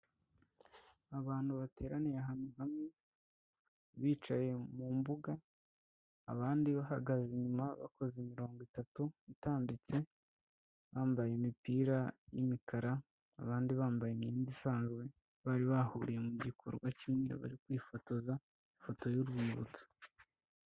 Abantu bateraniye ahantu hamwe bicaye mu mbuga abandi bahagaze inyuma bakoze mirongo itatu itambitse, bambaye imipira y'imikara abandi bambaye imyenda isanzwe bari bahuriye mu gikorwa kimwe bari kwifotoza ifoto y'urwibutso.